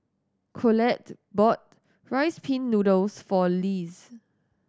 Colette bought Rice Pin Noodles for Lise